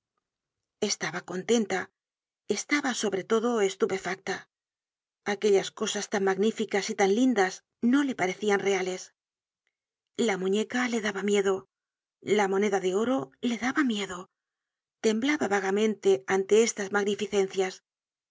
estaba contenta estaba sobre todo estupefacta aquellas cosas tan magníficas y tan lindas no le parecian reales la muñeca le daba miedo la moneda de oro le daba miedo temblaba vagamente ante estas magnificencias